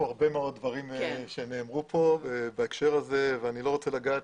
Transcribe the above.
מאוד דברים שנאמרו בהקשר הזה ואני לא רוצה לגעת